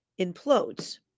implodes